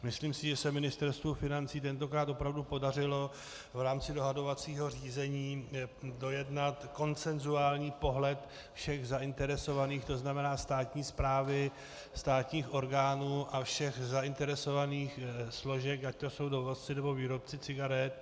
Myslím si, že se Ministerstvu financí tentokrát opravdu podařilo v rámci dohadovacího řízení dojednat konsenzuální pohled všech zainteresovaných, tzn. státní správy, státních orgánů a všech zainteresovaných složek, ať to jsou dovozci nebo výrobci cigaret.